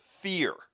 fear